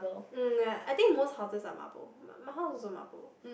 mm ya I think most houses are marble my house also marble